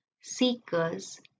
seekers